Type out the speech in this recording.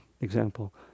example